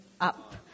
up